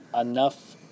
enough